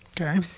Okay